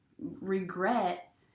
regret